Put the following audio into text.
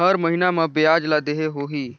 हर महीना मा ब्याज ला देहे होही?